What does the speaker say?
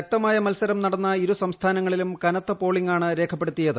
ശക്തമായ മത്സരം നടന്ന ഇരു സംസ്ഥാനങ്ങളിലും കനത്ത പോളിംഗാണ് രേഖപ്പെടുത്തിയത്